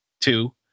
two